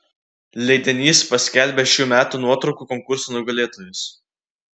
leidinys paskelbė šių metų nuotraukų konkurso nugalėtojus